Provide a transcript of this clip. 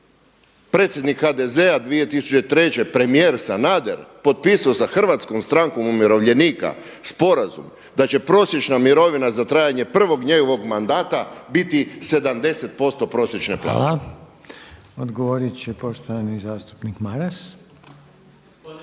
predsjednik HDZ-a 2003. premijer Sanader potpisao sa HSU-om sporazum da će prosječna mirovina za trajanje prvog njegovog mandata biti 70% prosječne plaće. **Reiner, Željko (HDZ)** Hvala. Odgovorit će poštovani zastupnik Maras.